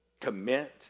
Commit